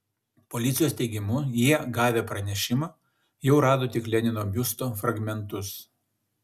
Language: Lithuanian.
policijos teigimu jie gavę pranešimą jau rado tik lenino biusto fragmentus